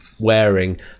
wearing